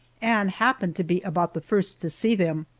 and happened to be about the first to see them.